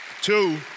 Two